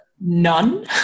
None